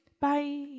Bye